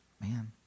man